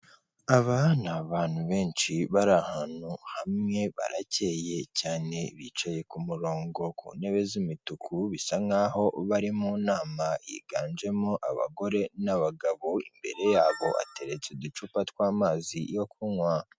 Aba ni abantu benshi bari ahantu hamwe baracyeye cyane, bicaye ku murongo ku ntebe z'imituku bisa nkaho bari mu nama yiganjemo abagore n'abagabo, imbere yabo hateretse uducupa tw'amazi yo kunywa.